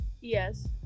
yes